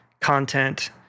content